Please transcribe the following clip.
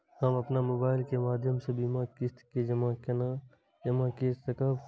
हम अपन मोबाइल के माध्यम से बीमा के किस्त के जमा कै सकब?